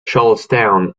charlestown